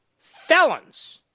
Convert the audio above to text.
felons